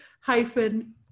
hyphen